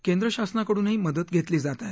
केंद्र शासनाकडूनही मदत घेतली जात आहे